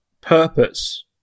purpose